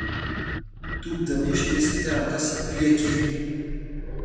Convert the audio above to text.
tūpdami ištieskite rankas į priekį